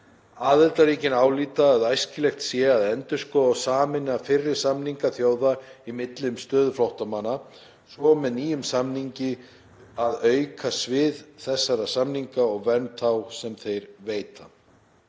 Aðildarríkin álíta að æskilegt sé að endurskoða og sameina fyrri samninga þjóða í milli um stöðu flóttamanna, svo og með nýjum samningi að auka svið þessara samninga og vernd þá, sem þeir veita.